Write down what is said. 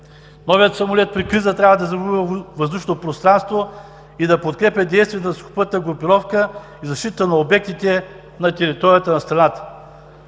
Новият самолет при криза трябва да е завоювал въздушно пространство и да подкрепя действията на сухопътна групировка, защита на обектите на територията на страната.